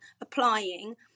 applying